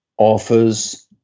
offers